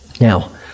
Now